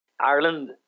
ireland